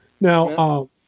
Now